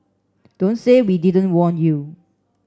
don't say we didn't warn you